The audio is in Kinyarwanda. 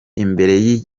imbere